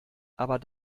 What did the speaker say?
aber